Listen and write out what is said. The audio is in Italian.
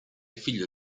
figlio